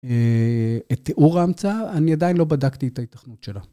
את תיאור ההמצאה, אני עדיין לא בדקתי את ההתכנות שלה.